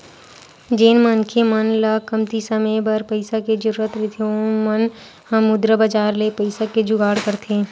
जेन मनखे मन ल कमती समे बर पइसा के जरुरत रहिथे ओ मन ह मुद्रा बजार ले पइसा के जुगाड़ करथे